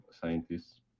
scientists